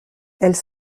elles